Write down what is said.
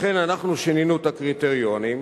לכן שינינו את הקריטריונים,